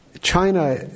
China